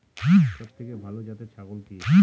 সবথেকে ভালো জাতের ছাগল কি?